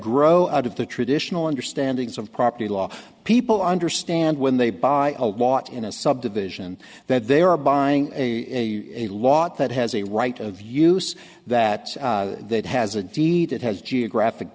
grow out of the traditional understandings of property law people understand when they buy a lot in a subdivision that they are buying a lot that has a right of use that that has a deed that has geographic